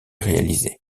réalisée